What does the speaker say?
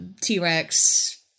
T-Rex